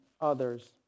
others